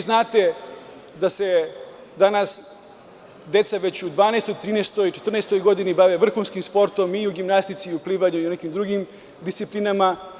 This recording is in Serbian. Znate da se danas deca već u 12, 13,14 godini bave vrhunskim sportom, i u gimnastici i u plivanju i u nekim drugim disciplinama.